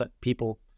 people